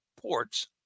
ports